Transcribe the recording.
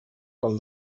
pel